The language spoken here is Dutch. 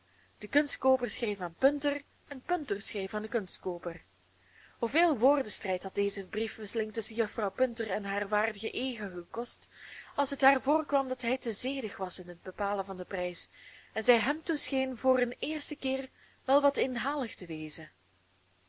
de kunstkooper schreef aan punter en punter schreef aan den kunstkooper hoeveel woordenstrijd had deze briefwisseling tusschen juffrouw punter en haar waardigen eega gekost als het haar voorkwam dat hij te zedig was in het bepalen van den prijs en zij hem toescheen voor een eersten keer wel wat inhalig te wezen